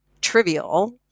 trivial